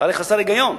זה הרי חסר היגיון.